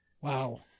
Wow